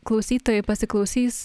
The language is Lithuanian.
klausytojai pasiklausys